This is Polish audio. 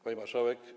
Pani Marszałek!